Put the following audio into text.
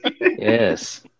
Yes